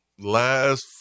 last